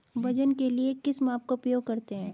वजन के लिए किस माप का उपयोग करते हैं?